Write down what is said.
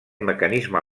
mecanisme